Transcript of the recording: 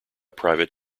private